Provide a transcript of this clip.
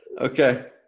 Okay